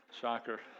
shocker